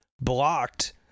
blocked